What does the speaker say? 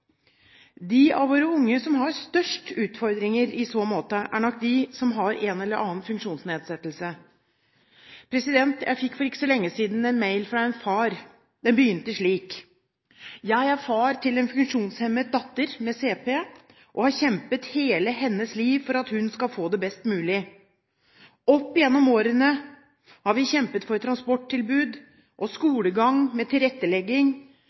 De av våre unge som har størst utfordringer i så måte, er nok de som har en eller annen funksjonsnedsettelse. Jeg fikk for ikke så lenge siden en mail fra en far. Den begynte slik: «Jeg er far til en funksjonshemmet datter , og har kjempet hele hennes liv for at hun skal få det best mulig. Opp gjennom årene har vi kjempet for transporttilbud og skolegang med tilrettelegging.